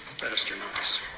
astronauts